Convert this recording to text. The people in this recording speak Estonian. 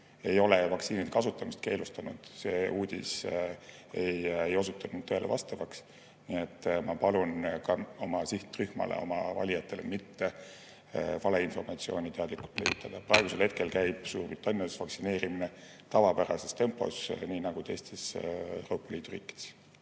ei ole vaktsiini kasutamist keelustanud. See uudis ei osutunud tõele vastavaks. Nii et ma palun ka oma sihtrühmale, oma valijatele mitte valeinformatsiooni teadlikult levitada. Praegusel hetkel käib Suurbritannias vaktsineerimine tavapärases tempos, nii nagu ka teistes Euroopa Liidu riikides.